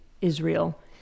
Israel